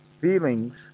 feelings